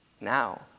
now